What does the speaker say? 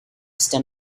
stem